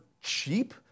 cheap